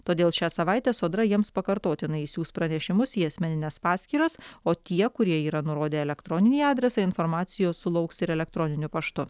todėl šią savaitę sodra jiems pakartotinai išsiųs pranešimus į asmenines paskyras o tie kurie yra nurodę elektroninį adresą informacijos sulauks ir elektroniniu paštu